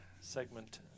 segment